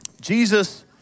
Jesus